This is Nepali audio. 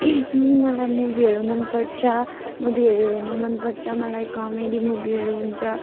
मलाई मुभीहरू मनपर्छ मुभीहरू हेर्नु मनपर्छ मलाई कमेडी मुभीहरू हुन्छ